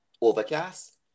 overcast